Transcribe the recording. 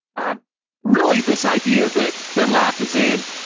really this idea that dunlap is in,